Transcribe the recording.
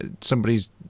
somebody's